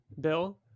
Bill